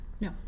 No